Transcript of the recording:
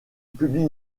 publie